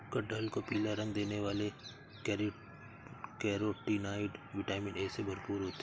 कटहल को पीला रंग देने वाले कैरोटीनॉयड, विटामिन ए से भरपूर होते हैं